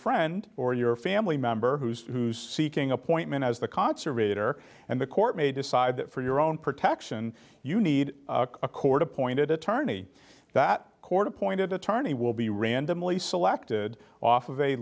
friend or your family member who's who's seeking appointment as the conservation are and the court may decide that for your own protection you need a court appointed attorney that court appointed attorney will be randomly selected off of a